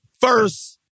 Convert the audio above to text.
first